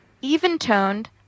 even-toned